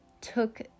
took